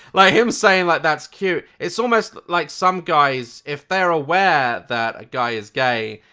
like him saying like that's cute, it's almost like some guys. if they're aware that a guy is gay.